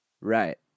Right